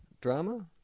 drama